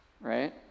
right